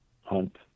Hunt